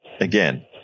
again